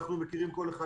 אנחנו מכירים כל אחד,